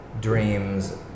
dreams